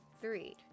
three